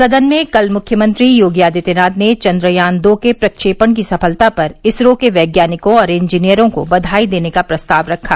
सदन में कल मुख्यमंत्री योगी आदित्यनाथ ने चन्द्रयान दो के प्रक्षेपण की सफलता पर इसरो के वैज्ञानिकों और इंजीनियरों को बघाई देने का प्रस्ताव रखा